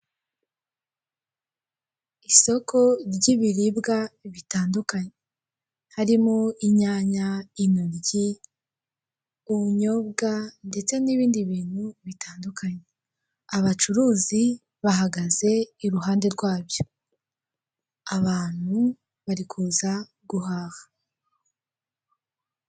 Isoko ry'ibiribwa bitandukanye. Harimo inyanya, intoryi, ubunyobwa, ndetse n'ibindi bintu bitandukanye. Abacuruzi bahagaze i ruhande rwabyo, abantu bari kuza guhaha.